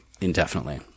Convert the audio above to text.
indefinitely